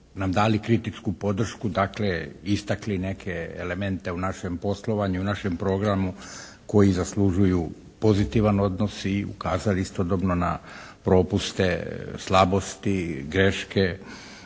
nam dali kritičku podršku, dakle istakli neke elemente u našem poslovanju, u našem programu koji zaslužuju pozitivan odnos i ukazuju istodobno na propuste, slabosti, greške,